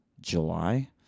July